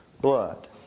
blood